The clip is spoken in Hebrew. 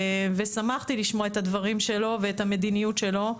ושמחתי לשמוע את הדברים שלו ואת המדיניות שלו.